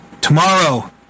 Tomorrow